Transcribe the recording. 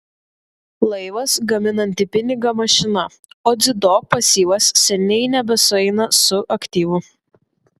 laivas gaminanti pinigą mašina o dzido pasyvas seniai nebesueina su aktyvu